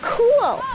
cool